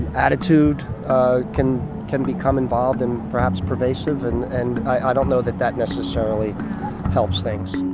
attitude can can become involved and perhaps pervasive, and and i don't know that that necessarily helps things.